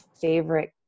favorite